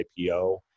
IPO